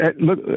look